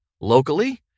locally